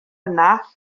yna